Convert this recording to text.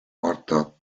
martha